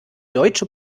deutsche